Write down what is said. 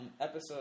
episode